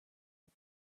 but